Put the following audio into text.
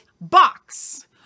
box